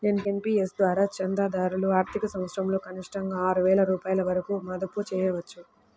NPS ద్వారా చందాదారులు ఆర్థిక సంవత్సరంలో కనిష్టంగా ఆరు వేల రూపాయల వరకు మదుపు చేయవచ్చు